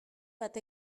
bat